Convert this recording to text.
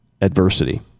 adversity